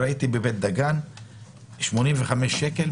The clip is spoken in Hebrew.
ראיתי בבית דגן שהקנס הוא 85 שקלים.